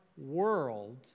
world